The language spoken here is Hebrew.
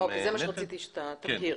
אוקיי, זה מה שרציתי שאתה תבהיר.